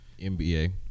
NBA